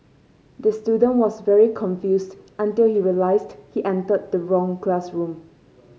the student was very confused until he realised he entered the wrong classroom